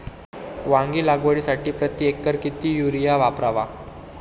वांगी लागवडीसाठी प्रति एकर किती युरिया वापरावा?